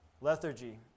Lethargy